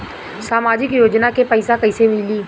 सामाजिक योजना के पैसा कइसे मिली?